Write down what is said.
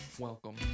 Welcome